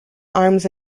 arms